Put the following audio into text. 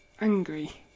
angry